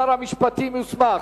שר המשפטים יוסמך,